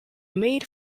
made